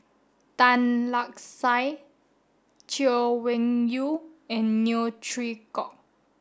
Tan Lark Sye Chay Weng Yew and Neo Chwee Kok